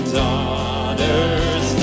daughters